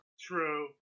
True